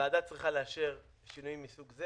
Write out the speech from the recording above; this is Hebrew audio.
הוועדה צריכה לאשר שינויים מסוג זה